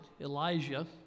Elijah